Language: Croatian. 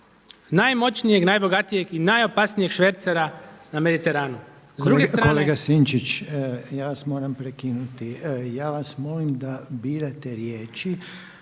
najmoćnijeg, najbogatijeg i najopasnijeg švercera na Mediteranu.